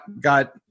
got